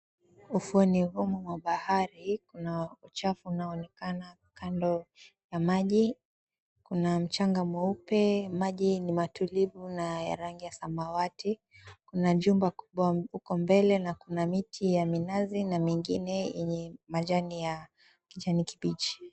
Ufuoni humu mwa bahari, kuna uchafu unaoonekana kando na maji. Kuna mchanga mweupe, maji ni matulivu na ya rangi ya samawati. Kuna jumba kubwa huko mbele, na kuna miti ya minazi, na mengine yenye majani ya kijani kibichi.